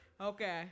Okay